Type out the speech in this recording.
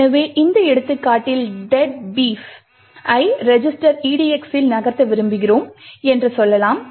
எனவே இந்த எடுத்துக்காட்டில் ""deadbeef"" ஐ ரெஜிஸ்டர் edx ல் நகர்த்த விரும்புகிறோம் என்று சொல்லலாம்